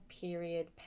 period